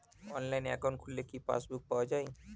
অনলাইনে একাউন্ট খুললে কি পাসবুক পাওয়া যায়?